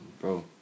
Bro